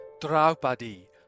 Draupadi